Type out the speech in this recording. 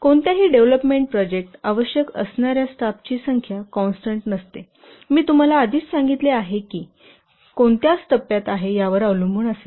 कोणत्याही development project आवश्यक असणाऱ्या स्टाफची संख्या कॉन्स्टन्ट नसते मी तुम्हाला आधीच सांगितले आहे की हे कोणत्या टप्प्यात आहे यावर अवलंबून असेल